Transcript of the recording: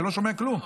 אני לא שומע כלום.